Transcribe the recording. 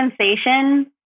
sensation